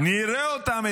נראה אותם,